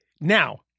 Now